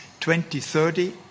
2030